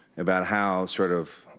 about how sort of